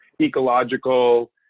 ecological